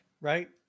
right